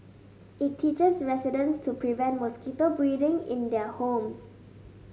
it teaches residents to prevent mosquito breeding in their homes